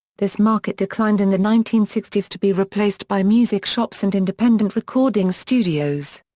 this market declined in the nineteen sixty s to be replaced by music shops and independent recording studios.